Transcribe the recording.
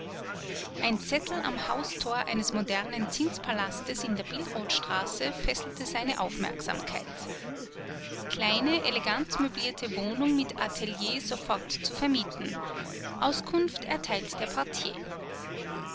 ein zettel am haustor eines modernen zinspalastes in der billrothstraße fesselte seine aufmerksamkeit kleine elegant möblierte wohnung mit atelier sofort zu vermieten auskunft erteilt der portier